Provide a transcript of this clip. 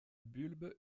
bulbes